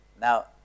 Now